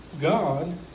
God